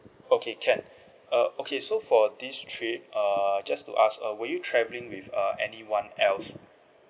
okay can uh okay so for this trip err just to ask uh were you travelling with uh anyone else